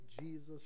Jesus